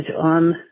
on